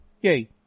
Yay